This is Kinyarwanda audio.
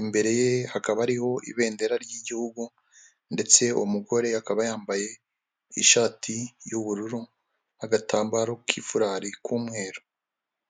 imbere ye hakaba ari ibendera ry'igihugu, ndetse uwo mugore akaba yambaye ishati y'ubururu agatambaro k'ifurari k'umweru.